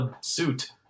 suit